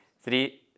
three